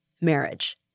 marriage